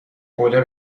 حوله